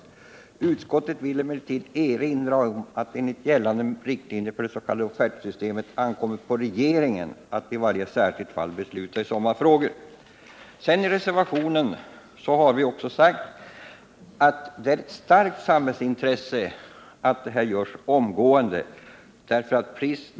Utskottet vill emellertid erinra om att det enligt gällande riktlinjer för det s.k. offertsystemet ankommer på regeringen att i varje särskilt fall besluta i sådana frågor.” I reservationen har vi också sagt: ”Det är ett starkt samhällsintresse att detta görs omgående.